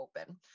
open